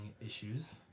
issues